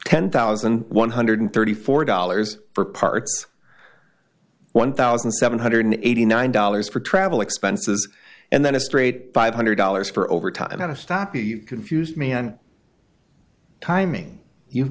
ten thousand one hundred and thirty four dollars for parts one thousand seven hundred and eighty nine dollars for travel expenses and then a straight five hundred dollars for overtime and of stoppie confused me on timing you've